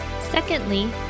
Secondly